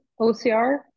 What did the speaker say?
OCR